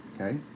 Okay